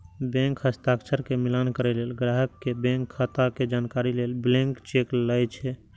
bank हस्ताक्षर के मिलान करै लेल, ग्राहक के बैंक खाता के जानकारी लेल ब्लैंक चेक लए छै